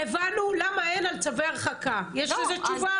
הבנו, למה אין על צווי הרחקה, יש לזה תשובה?